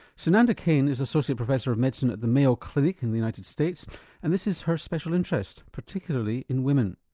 sunanda kane is associate professor of medicine at the mayo clinic in the united states and this is her special interest, particularly in women.